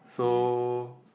so